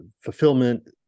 fulfillment